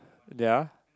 there are